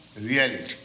reality